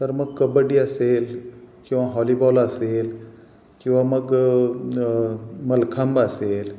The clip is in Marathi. तर मग कबड्डी असेल किंवा हॉलीबॉल असेल किंवा मग मलखांब असेल